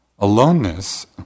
Aloneness